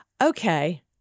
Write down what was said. okay